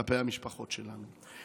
כלפי המשפחות שלנו.